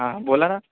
हो बोला ना